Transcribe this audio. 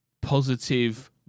positive